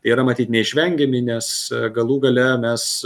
yra matyt neišvengiami nes galų gale mes